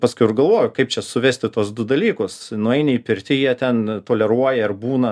paskiau ir galvoju kaip čia suvesti tuos du dalykus nueini į pirtį jie ten toleruoja ir būna